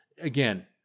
again